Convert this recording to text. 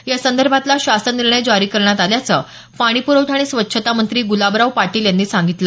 या संदर्भातला शासन निर्णय जारी करण्यात आल्याचं पाणीप्रवठा आणि स्वच्छता मंत्री ग्रलाबराव पाटील यांनी सांगितलं